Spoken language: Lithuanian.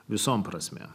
visom prasme